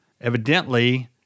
evidently